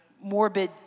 morbid